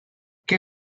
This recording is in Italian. che